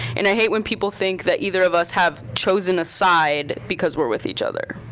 and i hate when people think that either of us have chosen a side because we're with each other.